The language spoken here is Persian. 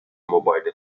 موبایلتو